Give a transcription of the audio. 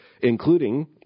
including